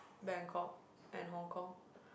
Bangkok and Hong Kong